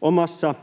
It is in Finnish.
omassa